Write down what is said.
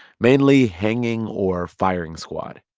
mainly hanging or firing squad.